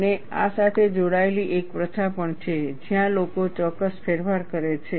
અને આ સાથે જોડાયેલી એક પ્રથા પણ છે જ્યાં લોકો ચોક્કસ ફેરફાર કરે છે